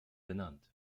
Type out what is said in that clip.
benannt